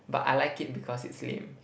but I like it because it's lame